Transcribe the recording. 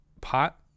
pot